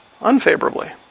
unfavorably